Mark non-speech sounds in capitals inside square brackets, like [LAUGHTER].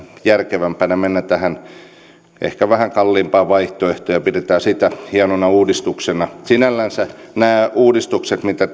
järkevämpänä mennä tähän ehkä vähän kalliimpaan vaihtoehtoon ja pidetään sitä hienona uudistuksena sinällänsä nämä uudistukset mitä [UNINTELLIGIBLE]